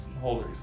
holders